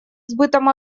сбытом